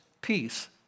peace